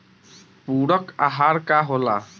पुरक अहार का होला?